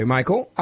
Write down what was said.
Michael